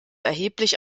erheblich